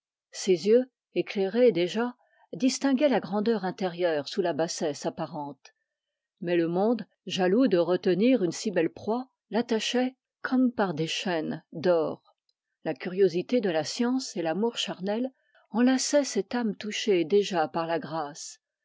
ses yeux éclairés déjà dinstinguoient la grandeur intérieure sous la bassesse apparente mais le monde jaloux de retenir une si belle proie l'attachoit comme par des chaînes d'or la curiosité de la science et l'amour charnel enlaçoient cette âme touchée déjà par la grâce